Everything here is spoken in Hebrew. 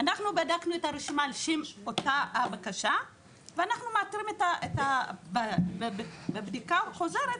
אנחנו בדקנו את הרשימה לפי אותה הבקשה ואנחנו מאתרים בבדיקה חוזרת,